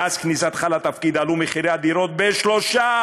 מאז כניסתך לתפקיד עלו מחירי הדירות ב-13%.